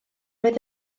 oedd